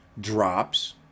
drops